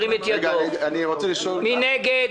מי נגד?